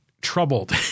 troubled